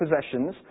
possessions